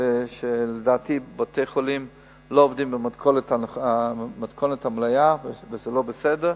שם בתי-החולים לא עובדים במתכונת מלאה וזה לא בסדר.